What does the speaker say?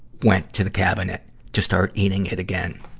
went to the cabinet to start eating it again.